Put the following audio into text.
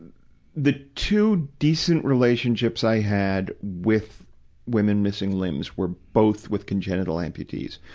the two decent relationships i had with women missing limbs were both with congenital amputees,